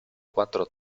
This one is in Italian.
quattro